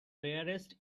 rarest